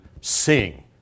sing